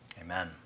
amen